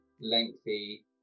lengthy